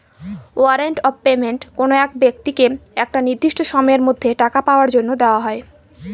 warrant of payment কোনো ব্যক্তিকে একটা নির্দিষ্ট সময়ের মধ্যে টাকা পাওয়ার জন্য দেওয়া হয়